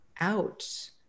out